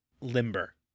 limber